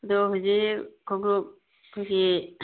ꯑꯗꯨ ꯍꯧꯖꯤꯛ ꯈꯣꯡꯎꯞ ꯑꯩꯈꯣꯏꯒꯤ